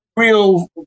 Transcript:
Real